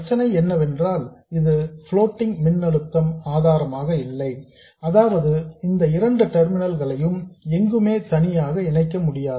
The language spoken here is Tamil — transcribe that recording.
பிரச்சனை என்னவென்றால் இது ஃபுலோடிங் மின்னழுத்த ஆதாரமாக இல்லை அதாவது இந்த இரண்டு டெர்மினல்ஸ் களையும் எங்குமே தனியாக இணைக்க முடியாது